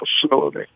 facility